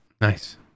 Nice